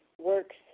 works